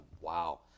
wow